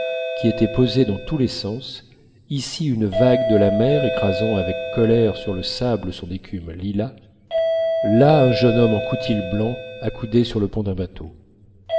qui étaient posés dans tous les sens ici une vague de la mer écrasant avec colère sur le sable son écume lilas là un jeune homme en coutil blanc accoudé sur le pont d'un bateau